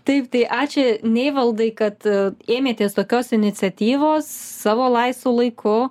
taip tai ačiū neivaldai kad ėmėtės tokios iniciatyvos savo laisvu laiku